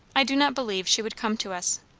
i do not believe she would come to us.